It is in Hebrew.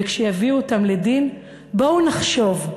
וכשיביאו אותם לדין, בואו נחשוב,